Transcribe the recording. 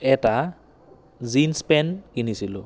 এটা jeans pant কিনিছিলোঁ